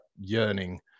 yearning